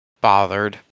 bothered